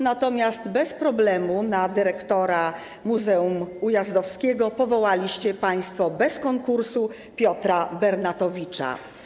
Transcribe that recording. Natomiast bez problemu na dyrektora Zamku Ujazdowskiego powołaliście państwo bez konkursu Piotra Bernatowicza.